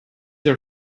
are